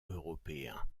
européens